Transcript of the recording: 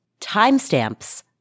timestamps